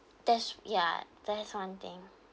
that's ya that is one thing